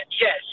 Yes